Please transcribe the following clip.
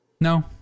No